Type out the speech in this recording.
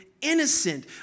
innocent